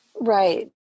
Right